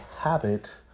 habit